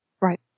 Right